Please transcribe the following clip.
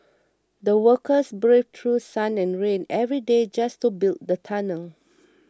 the workers braved through sun and rain every day just to build the tunnel